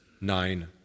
nine